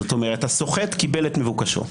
זאת אומרת הסוחט קיבל את מבוקשו.